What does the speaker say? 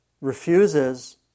refuses